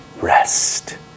rest